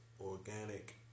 organic